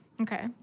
Okay